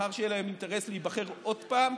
מאחר שיהיה להם אינטרס להיבחר עוד פעם,